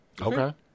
Okay